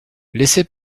laissez